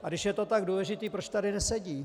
A když je to tak důležité, proč tady nesedí?